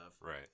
right